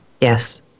Yes